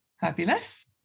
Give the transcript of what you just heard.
Fabulous